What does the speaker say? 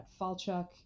Falchuk